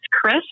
Chris